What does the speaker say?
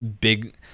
big